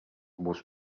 vos